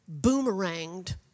boomeranged